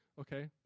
okay